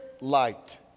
Light